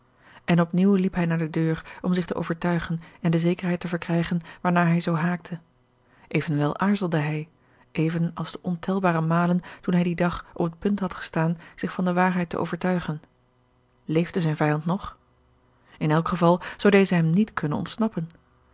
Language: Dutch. en op nieuw liep hij naar de deur om zich te overtuigen en de zekerheid te verkrijgen waarnaar hij zoo haakte evenwel aarzelde hij even als de ontelbare malen toen hij dien dag op het punt had gestaan zich van de waarheid te overtuigen leefde zijn vijand nog in elk geval zou deze hem niet kunnen ontsnappen